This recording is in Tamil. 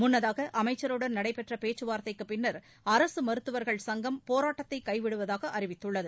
முன்னதாக அமைச்சருடன் நடைபெற்ற பேச்சுவார்தைக்குப் பின்னா் அரசு மருத்துவா்கள் சங்கம் போராட்டத்தை கைவிடுவதாக அறிவித்துள்ளது